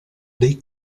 dei